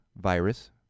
virus